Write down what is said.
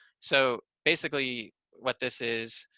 so basically, what this is,